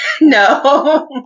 No